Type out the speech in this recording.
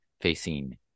facing